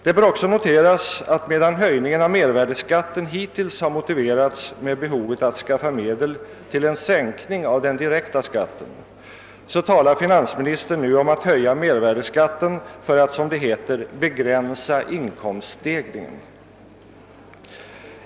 Det bör också noteras att medan höjningen av mervärdeskatten hittills har motiverats med behovet att skaffa medel till en sänkning av den direkta skatten, så talar finansministern nu om att höja mervärdeskatten för att, som det heter, begränsa inkomststegringen.